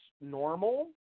normal